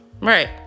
Right